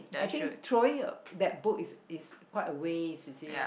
I think throwing a that book is is quite a waste you see